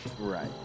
Right